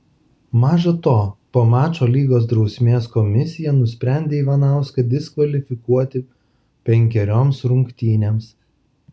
maža to po mačo lygos drausmės komisija nusprendė ivanauską diskvalifikuoti penkerioms rungtynėms